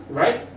right